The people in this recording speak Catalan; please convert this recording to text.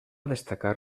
destacar